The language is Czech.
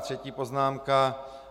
A třetí poznámka.